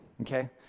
okay